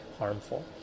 harmful